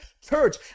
church